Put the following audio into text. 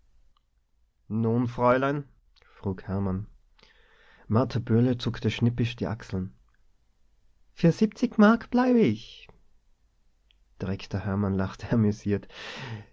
nun fräulein frug hermann martha böhle zuckte schnippisch die achseln für siebzig mark bleibe ich direktor hermann lachte